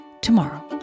tomorrow